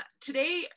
Today